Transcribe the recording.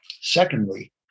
Secondly